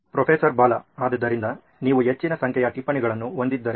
professor Bala ಆದ್ದರಿಂದ ನೀವು ಹೆಚ್ಚಿನ ಸಂಖ್ಯೆಯ ಟಿಪ್ಪಣಿಗಳನ್ನು ಹೊಂದಿದ್ದರೆ